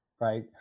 right